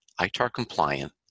ITAR-compliant